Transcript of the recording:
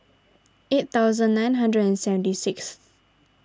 eight thousand nine hundred and seventy sixth